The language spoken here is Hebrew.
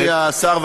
אדוני השר,